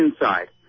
inside